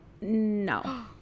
no